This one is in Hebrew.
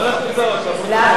לפרוטוקול.